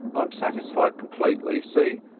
i'm satisfied completely. see?